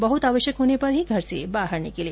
बहुत आवश्यक होने पर ही घर से बाहर निकलें